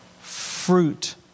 fruit